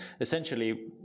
essentially